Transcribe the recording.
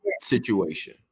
situation